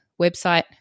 website